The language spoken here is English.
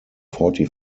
forty